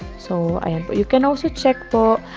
so and but you can also check